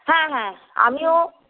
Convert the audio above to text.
হ্যাঁ হ্যাঁ আমিও